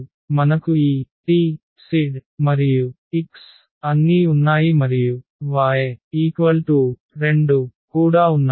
మనకు ఈ t z మరియు x అన్నీ ఉన్నాయి మరియు y2కూడా ఉన్నాయి